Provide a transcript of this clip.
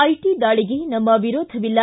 ಐಟ ದಾಳಿಗೆ ನಮ್ಮ ವಿರೋಧವಿಲ್ಲ